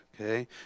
okay